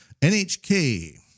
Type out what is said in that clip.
NHK